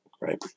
right